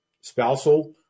spousal